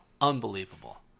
unbelievable